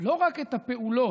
לא רק את הפעולות,